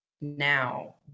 now